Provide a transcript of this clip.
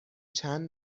چند